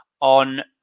on